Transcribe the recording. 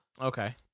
Okay